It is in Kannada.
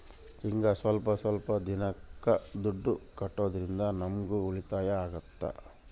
ಹಿಂಗ ಸ್ವಲ್ಪ ಸ್ವಲ್ಪ ದಿನಕ್ಕ ದುಡ್ಡು ಕಟ್ಟೋದ್ರಿಂದ ನಮ್ಗೂ ಉಳಿತಾಯ ಆಗ್ತದೆ